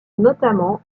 notamment